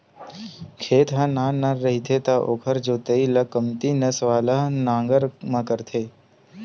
खेत ह नान नान रहिथे त ओखर जोतई ल कमती नस वाला नांगर म करथे